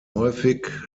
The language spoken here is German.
häufig